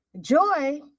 Joy